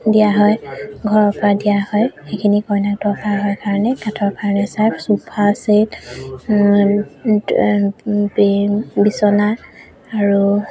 দিয়া হয় ঘৰৰ পৰা দিয়া হয় সেইখিনি কইনাক দৰকাৰ হয় কাৰণে কাঠৰ ফাৰ্নিচাৰ চোফা ছেট বিছনা আৰু